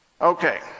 Okay